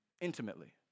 intimately